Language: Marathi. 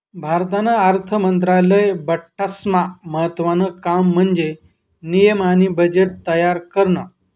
भारतना अर्थ मंत्रालयानं बठ्ठास्मा महत्त्वानं काम म्हन्जे नियम आणि बजेट तयार करनं